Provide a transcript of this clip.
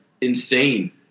insane